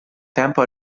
tempo